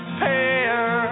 pair